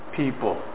people